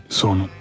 sono